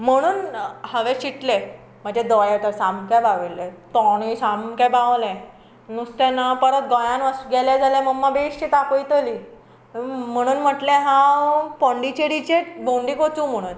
म्हनून हांवें चिंतलें म्हाजे दोळे तर सामके बाविल्ले तोणूय सामकें बावलें नुस्तें ना परत गोंयांत गेलें जाल्यार मम्मा बेश्टी तापयतली म्हणून म्हटलें हांव पोंडीचेडीचेच भोंवडेक वचूं म्हुणोन